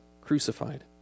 crucified